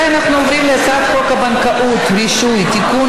אנחנו עוברים להצעת חוק הבנקאות (רישוי) (תיקון,